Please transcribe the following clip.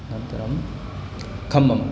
अनन्तरं खम्मम्